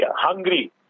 hungry